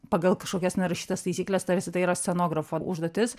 pagal kažkokias nerašytas taisykles tarsi tai yra scenografo užduotis